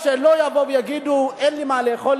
או שלא יגידו: אין לי מה לאכול,